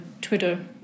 Twitter